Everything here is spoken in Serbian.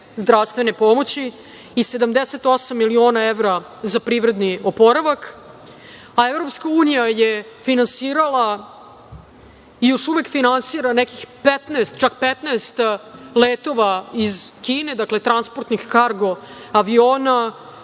zdravstvene pomoći i 78 miliona evra za privredni oporavak, a EU je finansirala i još uvek finansira nekih čak 15 letova iz Kine, dakle transportnih kargo aviona